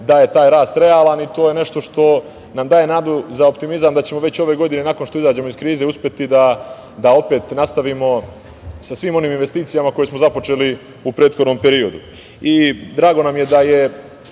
da je taj rast realan i to je nešto što nam daje nadu za optimizam da ćemo već ove godine nakon što izađemo iz krize uspeti da opet nastavimo sa svim onim investicijama koje smo započeli u prethodnom periodu. Drago nam je da je